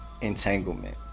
Entanglement